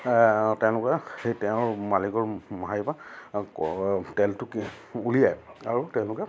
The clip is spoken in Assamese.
তেনেকুৱা সেই তেওঁৰ মালিকৰ তেলটো কি উলিয়াই আৰু তেওঁলোকে